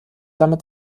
damit